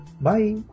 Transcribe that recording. Bye